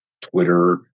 Twitter